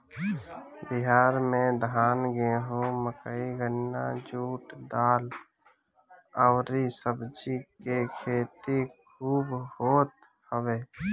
बिहार में धान, गेंहू, मकई, गन्ना, जुट, दाल अउरी सब्जी के खेती खूब होत हवे